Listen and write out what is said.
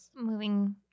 Moving